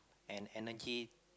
and energy